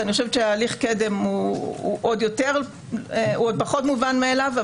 אני חושבת שהליך קדם הוא עוד פחות מובן מאליו.